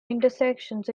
intersections